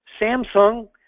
Samsung